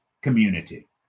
community